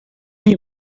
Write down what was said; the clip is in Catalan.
dir